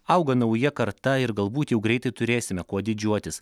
auga nauja karta ir galbūt jau greitai turėsime kuo didžiuotis